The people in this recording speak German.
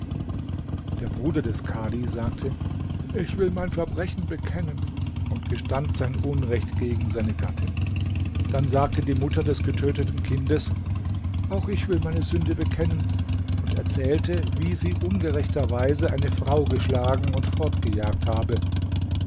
der bruder des khadi sagte ich will mein verbrechen bekennen und gestand sein unrecht gegen seine gattin dann sagte die mutter des getöteten kindes auch ich will meine sünde bekennen und erzählte wie sie ungerechterweise eine frau geschlagen und fortgejagt habe